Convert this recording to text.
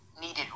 needed